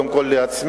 קודם כול לעצמי,